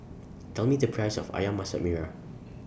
Tell Me The Price of Ayam Masak Merah